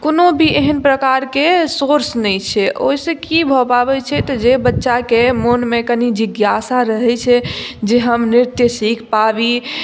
कोनो भी एहन प्रकारकेँ सोर्स नहि छै ओहि सॅं की भऽ पाबै छै जे बच्चाकेँ मनमे कनि जिज्ञासा रहै छै जे हम नृत्य सीख पाबी